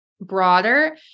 broader